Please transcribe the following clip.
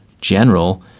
general